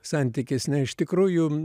santykis na iš tikrųjų